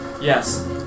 Yes